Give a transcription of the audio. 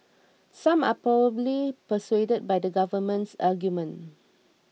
some are probably persuaded by the government's argument